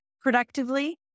productively